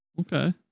Okay